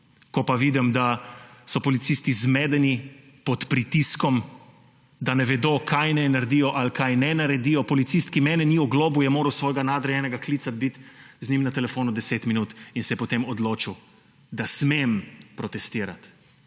Ko pa vidim, da so policisti zmedeni, pod pritiskom, da ne vedo, kaj naj naredijo ali kaj ne naredijo. Policist, ki mene ni oglobil, je moral svojega nadrejenega klicati, biti z njim na telefonu 10 minut in se je potem odločil, da smem protestirati.